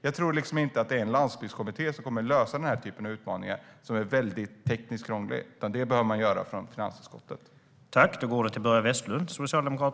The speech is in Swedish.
Jag tror inte att det är en landsbygdskommitté som kommer att lösa denna typ av utmaningar, som är tekniskt krångliga. Det behöver man göra från finansutskottet.